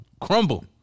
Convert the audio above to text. Crumble